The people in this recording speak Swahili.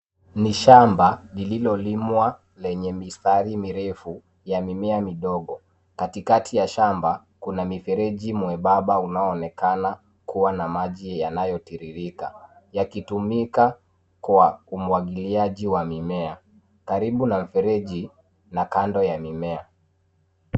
Ni shamba lililolimwa lenye mistari mirefu ya mimea midogo. Katikati ya shamba kuna mifereji mwembamba unaoonekana kuwa na maji yanayo tiririka yakitumika kwa umwagiliaji wa mimea karibu na mifereji na kando ya mimea.